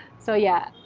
so yeah.